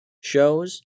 shows